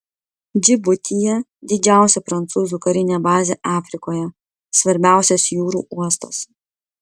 džibutyje didžiausia prancūzų karinė bazė afrikoje svarbiausias jūrų uostas